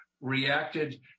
reacted